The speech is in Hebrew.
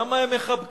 כמה הם מחבקים